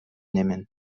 nehmen